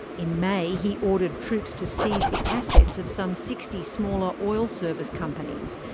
in may he ordered troops to seize the assets of some sixty smaller oil service companies,